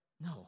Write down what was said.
No